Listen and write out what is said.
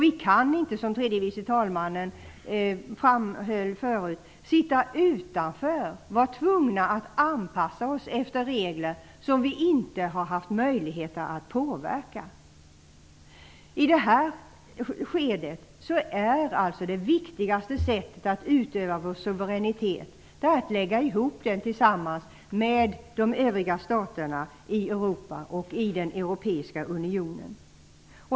Vi kan inte, som tredje vice talmannen framhöll, sitta utanför och vara tvungna att anpassa oss efter regler som vi inte har haft möjlighet att påverka. I det här skedet är det viktigaste sättet att utöva vår suveränitet på att lägga ihop den tillsammans med de övriga staterna i Europa och i den europeiska unionen.